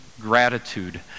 gratitude